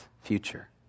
future